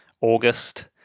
August